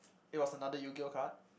it was another Yu-Gi-Oh card